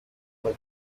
vuba